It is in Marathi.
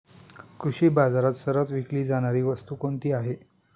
कृषी बाजारात सर्वात विकली जाणारी वस्तू कोणती आहे?